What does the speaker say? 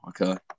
Okay